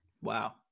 wow